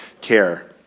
care